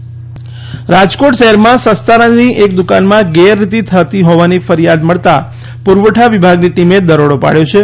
રાજકોટ પુરવઠા રાજકોટ શહેરમાં સસ્તા અનાજની એક દુકાનમાં ગેરરીતિ થતી હોવાની ફરિયાદ મળતાં પુરવઠા વિભાગની ટીમે દરોડો પાડચો છે